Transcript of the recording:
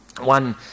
one